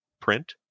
print